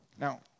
Now